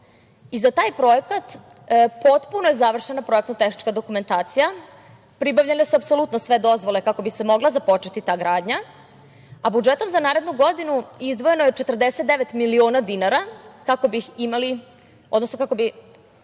i za taj projekat potpuno je završena projektno-tehnička dokumentacija, pribavljene su apsolutno sve dozvole kako bi se mogla započeti ta gradnja, a budžetom za narednu godinu izdvojeno je 49 miliona dinara kako bi građani Subotice iz